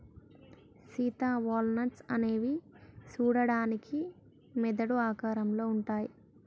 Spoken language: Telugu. సీత వాల్ నట్స్ అనేవి సూడడానికి మెదడు ఆకారంలో ఉంటాయి